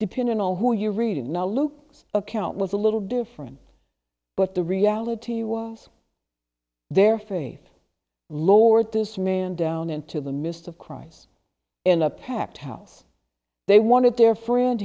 depending on who you read now looks account was a little different but the reality was their faith lowered this man down into the midst of christ in a packed house they wanted their fr